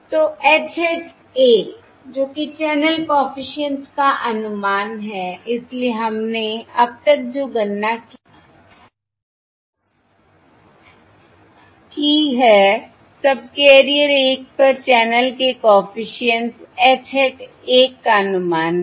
तो H hat 1 जो कि चैनल कॉफिशिएंट्स का अनुमान है इसलिए हमने अब तक जो गणना की है सबकेरियर 1 पर चैनल के कॉफिशिएंट्स H hat 1 का अनुमान है